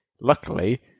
luckily